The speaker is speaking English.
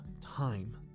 time